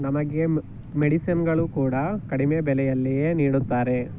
ನಮಗೆ ಮ್ ಮೆಡಿಸಿನ್ಗಳೂ ಕೂಡ ಕಡಿಮೆ ಬೆಲೆಯಲ್ಲಿಯೇ ನೀಡುತ್ತಾರೆ